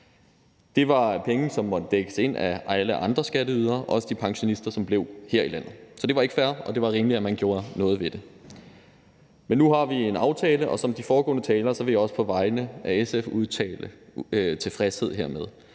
Det var penge, som måtte dækkes ind af alle andre skatteydere, også de pensionister, som blev her i landet. Så det var ikke fair, og det var rimeligt, at man gjorde noget ved det. Men nu har vi en aftale, og som de foregående talere vil jeg også på vegne af SF udtale tilfredshed hermed.